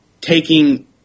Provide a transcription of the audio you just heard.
taking